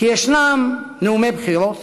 כי יש נאומי בחירות